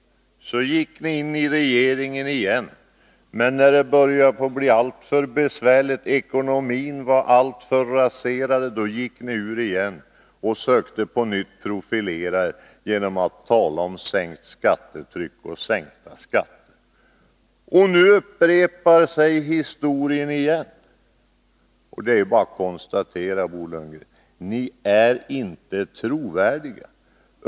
Då gick ni in i regeringen igen. Men när det började bli alltför besvärligt, ekonomin var alltför raserad, då gick ni ur igen och försökte på nytt profilera er genom att tala om sänkt skattetryck och sänkta skatter. Nu upprepar sig historien igen. Det är bara att konstatera, Bo Lundgren: Ni är inte trovärdiga.